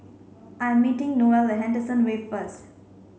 I'm meeting Noelle at Henderson Wave first